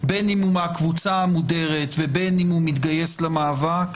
בין אם הוא מהקבוצה המודרת ובין אם הוא מתגייס למאבק,